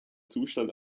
zustand